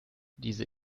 diese